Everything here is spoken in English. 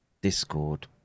Discord